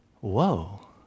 Whoa